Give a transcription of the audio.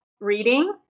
reading